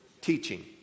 Teaching